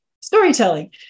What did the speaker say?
storytelling